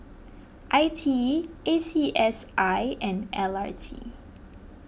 I T E A C S I and L R T